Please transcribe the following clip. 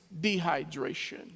dehydration